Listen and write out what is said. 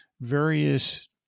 various